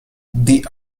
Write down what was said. die